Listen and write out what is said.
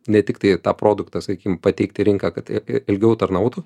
ne tiktai tą produktą sakykim pateikt į rinką kad ilgiau tarnautų